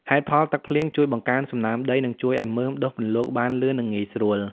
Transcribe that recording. ហេតុផល ទឹកភ្លៀងជួយបង្កើនសំណើមដី និងជួយឱ្យមើមដុះពន្លកបានលឿននិងងាយស្រួល។